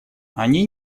они